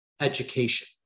education